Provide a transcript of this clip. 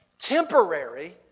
temporary